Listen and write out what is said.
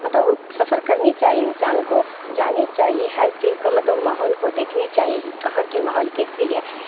مطلب سفر کرنی چاہیے انسان کو جانی چاہیے ہر چیز کا مطلب ماحول کو دیکھنی چاہیے کہ کہاں کی ماحول کیسی ہے